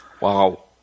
Wow